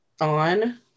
on